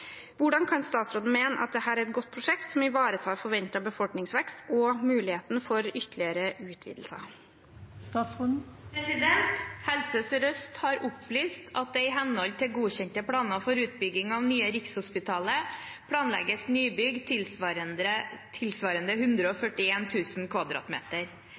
Hvordan kan statsråden mene at dette er et godt prosjekt som ivaretar forventet befolkningsvekst og muligheten for ytterligere utvidelser?» Helse Sør-Øst har opplyst at det, i henhold til godkjente planer for utbygging av Nye Rikshospitalet, planlegges nybygg tilsvarende